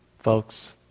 Folks